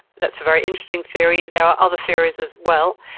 that's a very interesting theory. there are other theories as well.